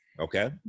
Okay